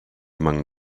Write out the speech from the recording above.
among